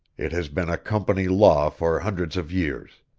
it has been a company law for hundreds of years.